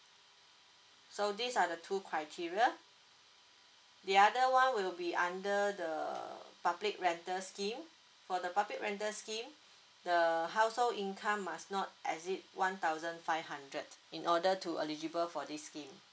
so these are the two criteria the other one will be under the public rental scheme for the public rental scheme the household income must not exceed one thousand five hundred in order to eligible for this scheme